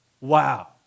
Wow